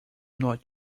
not